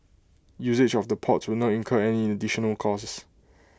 usage of the ports will not incur any additional cost